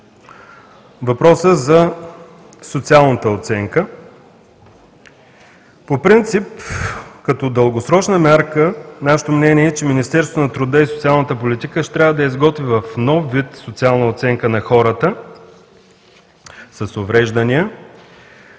въпросът за социалната оценка. По принцип, като дългосрочна мярка, нашето мнение е, че Министерството на труда и социалната политика ще трябва да изготви в нов вид социална оценка на хората с увреждания,